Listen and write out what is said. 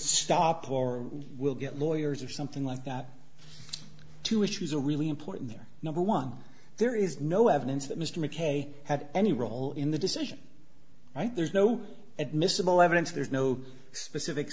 stop or you will get lawyers or something like that two issues are really important here number one there is no evidence that mr mckay had any role in the decision right there's no admissible evidence there's no specific